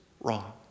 wrong